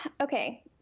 Okay